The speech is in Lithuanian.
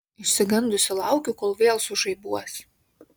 išsigandusi laukiu kol vėl sužaibuos